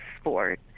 sport